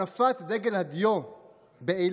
הנפת דגל הדיו באילת,